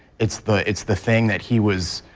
it's the it's the thing that he was